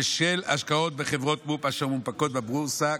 בשל השקעות בחברות מו"פ אשר מונפקות בבורסה,